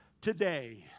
today